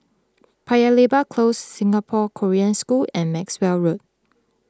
Paya Lebar Close Singapore Korean School and Maxwell Road